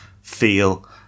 feel